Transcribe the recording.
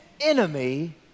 enemy